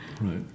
Right